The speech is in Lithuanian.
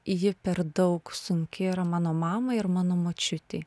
ji per daug sunki yra mano mamai ir mano močiutei